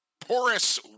porous